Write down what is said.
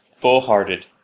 full-hearted